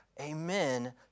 amen